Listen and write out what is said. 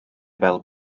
fel